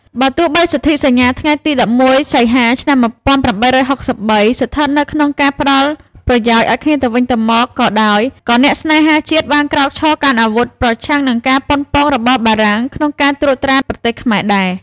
បើទោះបីសន្ធិសញ្ញាថ្ងៃទី១១ សីហា ឆ្នាំ ១៨៦៣ ស្ថិតនៅក្នុងការផ្តល់ប្រយោជន៍ឱ្យគ្នាទៅវិញទៅមកក៏ដោយ ក៏អ្នកស្នេហាជាតិ បានក្រោកឈរកាន់អាវុធប្រឆាំងនឹងការប៉ុនប៉ងរបស់បារាំងក្នុងការត្រួតត្រាប្រទេសខ្មែរដែរ។